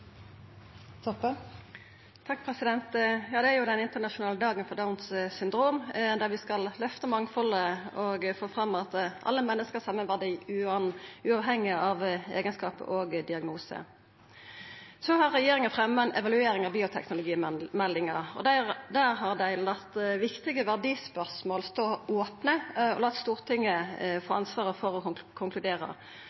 Toppe – til oppfølgingsspørsmål. Det er den internasjonale dagen for Downs syndrom, der vi skal lyfta mangfaldet og få fram at alle menneske har same verdi uavhengig av eigenskapar og diagnose. Regjeringa har fremja ei evaluering av bioteknologimeldinga. Der har dei late viktige verdispørsmål stå opne og late Stortinget få